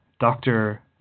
Doctor